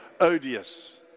odious